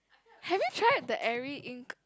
have you try the every ink